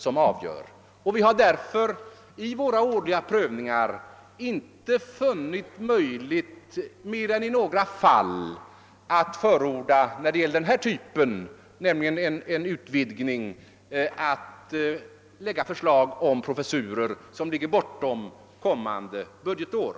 När det gäller en utvidgning har vi därför vid våra årliga prövningar inte funnit det möjligt, mer än i några fall, att framföra förslag om professurer som ligger bortom kommande budgetår.